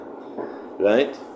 right